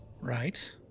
right